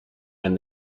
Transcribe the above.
and